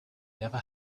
never